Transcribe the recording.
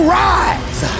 rise